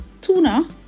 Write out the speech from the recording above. tuna